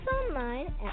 online